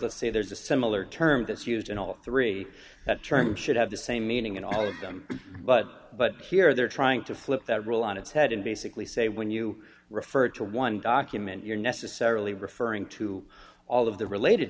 the say there's a similar term that's used in all three that term should have the same meaning in all of them but but here they're trying to flip that rule on its head and basically say when you refer to one document you're necessarily referring to all of the related